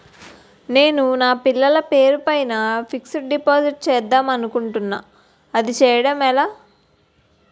నేను నా పిల్లల పేరు పైన ఫిక్సడ్ డిపాజిట్ చేద్దాం అనుకుంటున్నా అది చేయడం ఎలా?